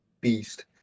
beast